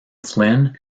flynn